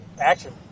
action